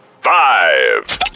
Five